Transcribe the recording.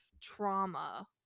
trauma